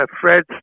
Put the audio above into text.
Fred